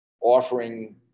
offering